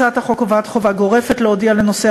הצעת החוק קובעת חובה גורפת להודיע לנושא